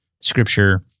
scripture